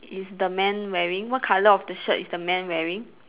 is the man wearing what colour of the shirt is the man wearing